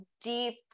deep